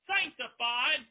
sanctified